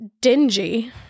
dingy